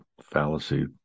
fallacy